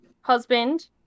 husband